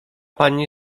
pani